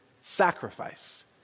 sacrifice